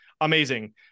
amazing